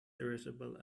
irritable